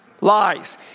Lies